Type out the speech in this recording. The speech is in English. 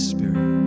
Spirit